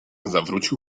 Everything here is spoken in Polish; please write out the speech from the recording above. zawrócił